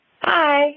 Hi